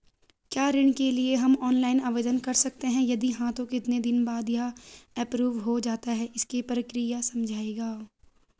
क्या ऋण के लिए हम ऑनलाइन आवेदन कर सकते हैं यदि हाँ तो कितने दिन बाद यह एप्रूव हो जाता है इसकी प्रक्रिया समझाइएगा?